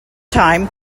time